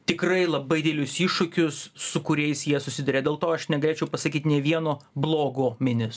tikrai labai didelius iššūkius su kuriais jie susiduria dėl to aš negalėčiau pasakyt nė vieno blogo minis